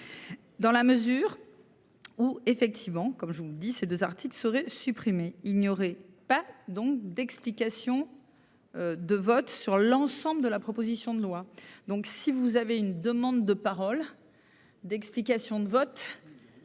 Dans la mesure.-- Où est-ce. Suivant, comme je vous le dis, ces 2 articles seraient supprimés il. Pas donc d'explication. De vote sur l'ensemble de la proposition de loi. Donc si vous avez une demande de parole d'explication de vote.